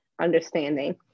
understanding